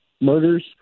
murders